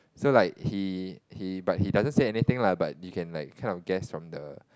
so like he he but he doesn't say anything lah but you can like kind of guess from the